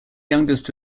youngest